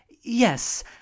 yes